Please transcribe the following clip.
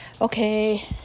Okay